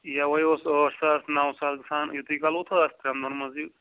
یَوٕ اوس ٲٹھ ساس نَو ساس گژھان یُتُے کال ووتا ترٛٮ۪ن دۄہَن منٛز یہِ